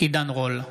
עידן רול,